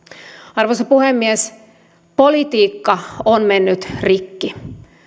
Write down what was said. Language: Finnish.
arvoisa puhemies politiikka on mennyt rikki